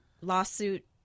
lawsuit